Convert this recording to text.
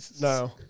No